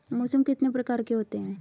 मौसम कितने प्रकार के होते हैं?